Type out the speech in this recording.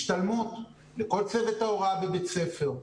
השתלמות לכל צוות ההוראה בבית ספר,